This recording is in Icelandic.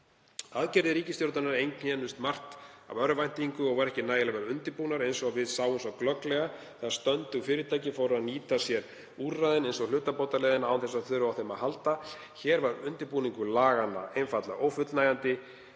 Aðgerðir ríkisstjórnarinnar einkennast um margt af örvæntingu og voru ekki nægilega vel undirbúnar eins og við sáum svo glögglega þegar stöndug fyrirtæki fóru að nýta sér úrræði eins og hlutabótaleiðina án þess að þurfa á þeim að halda. Hér var undirbúningur laganna einfaldlega ófullnægjandi.